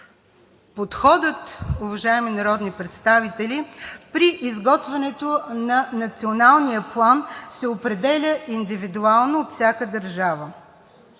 при изготвянето на Националния план се определя индивидуално от всяка държава.